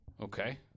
Okay